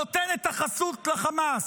נותנת החסות לחמאס?